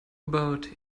about